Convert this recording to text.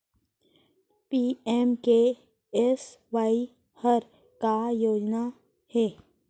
PMKSY हर का के योजना हे?